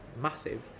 massive